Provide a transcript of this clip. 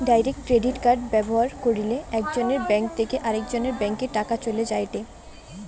direct credit ব্যবহার কইরলে একজনের ব্যাঙ্ক থেকে আরেকজনের ব্যাংকে টাকা চলে যায়েটে